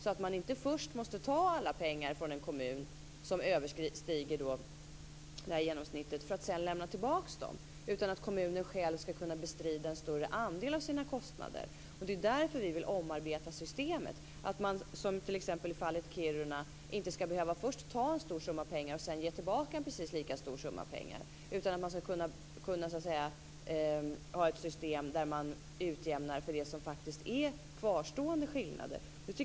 Man skall inte först ta alla pengar från en kommun som överstiger genomsnittet, för att sedan lämna tillbaka dem. Kommunen skall själv kunna bestrida en större andel av sina kostnader. Det är därför vi vill omarbeta systemet. I t.ex. fallet Kiruna skall inte först en större summa pengar tas, för att sedan en lika stor summa pengar skall ges tillbaka. Det skall vara ett system där faktiskt kvarstående skillnader utjämnas.